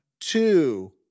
Two